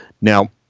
Now